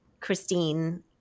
Christine